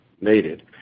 needed